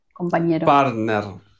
compañero